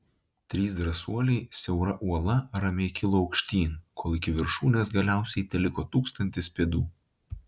trys drąsuoliai siaura uola ramiai kilo aukštyn kol iki viršūnės galiausiai teliko tūkstantis pėdų